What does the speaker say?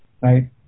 right